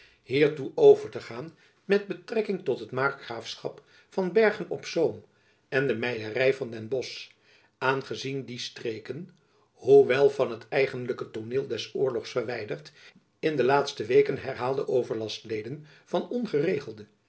hiertoe over te gaan met betrekking tot het markgraafschap van bergen-op-zoom en de meiery van den bosch aangezien die streken hoewel van het eigenlijke tooneel des oorlogs verwijderd in de laatste weken herhaalden overlast leden van ongeregelde